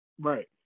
Right